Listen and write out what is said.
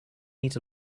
needs